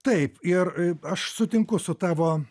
taip ir aš sutinku su tavo